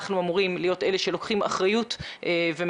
אנחנו אמורים להיות אלה שלוקחים אחריות ומפקחים